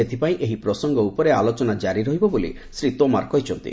ସେଥିପାଇଁ ଏହି ପ୍ରସଙ୍ଗ ଉପରେ ଆଲୋଚନା ଜାରି ରହିବ ବୋଲି ଶ୍ରୀ ତୋମାର କହିଚ୍ଛନ୍ତି